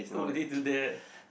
who would they do that